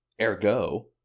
ergo